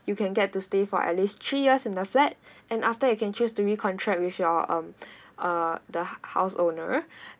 you can get to stay for at least three years in the flat and after you can choose to recontract with your um uh the house owner